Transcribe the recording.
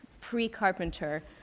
pre-carpenter